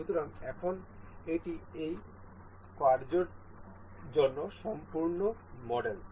সুতরাং এখন এটি এই কব্জা জন্য সম্পূর্ণ মডেল